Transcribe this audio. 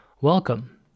welcome